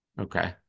Okay